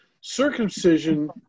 circumcision